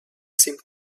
seemed